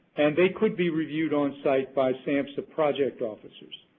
and they could be reviewed on side by samhsa project officers.